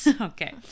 Okay